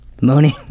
Moaning